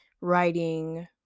writing